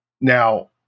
Now